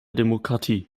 demokratie